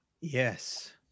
Yes